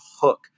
hook